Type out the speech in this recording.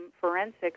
forensics